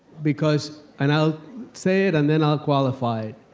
because, and i'll say it, and then i'll qualify it,